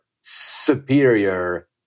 superior